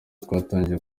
twatangije